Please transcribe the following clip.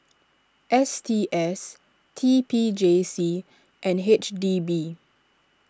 S T S T P J C and H D B